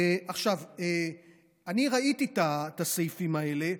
ראיתי את הסעיפים האלה,